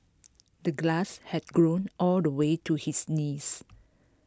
the glass had grown all the way to his knees